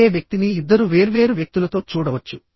ఒకే వ్యక్తిని ఇద్దరు వేర్వేరు వ్యక్తులతో చూడవచ్చు